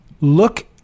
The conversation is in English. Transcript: Look